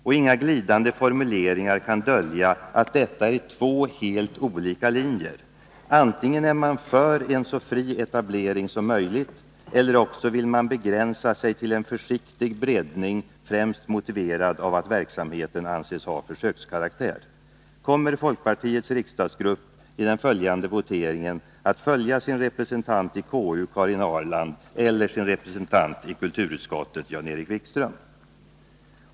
Och inga glidande formuleringar kan dölja att detta är två helt olika linjer. Antingen är man för en så fri etablering som möjligt eller också vill man begränsa sig till en försiktig breddning, främst motiverad av att verksamheten anses ha försökskaraktär. Kommer folkpartiets riksdagsgrupp i den följande voteringen att följa sin representant i konstitutionsutskottet Karin Ahrland eller sin representant i kulturutskottet Jan-Erik Wikström?